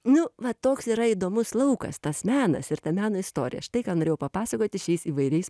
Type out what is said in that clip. nu va toks yra įdomus laukas tas menas ir ta meno istorija štai ką norėjau papasakoti šiais įvairiais